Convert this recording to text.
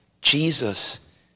Jesus